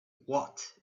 watt